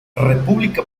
república